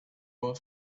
ohr